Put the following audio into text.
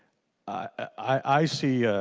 i see